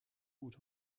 gut